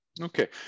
Okay